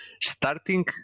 Starting